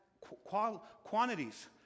quantities